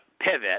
pivot